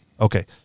Okay